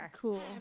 cool